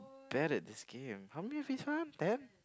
bad at this game how many have we found ten